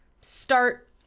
start